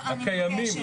הקיימים.